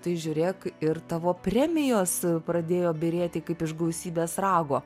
tai žiūrėk ir tavo premijos pradėjo byrėti kaip iš gausybės rago